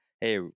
Hey